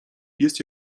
jest